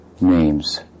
names